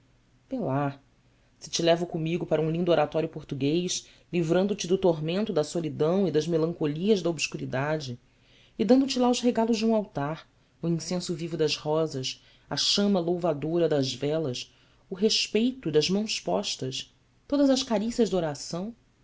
lá se te levo comigo para um lindo oratório português livrando te do tormento da solidão e das melancolias da obscuridade e dando te lá os regalos de um altar o incenso vivo das rosas a chama louvadora das velas o respeito das mãos postas todas as carícias da oração